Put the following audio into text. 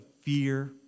fear